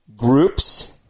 groups